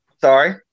Sorry